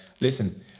listen